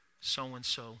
so-and-so